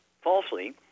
falsely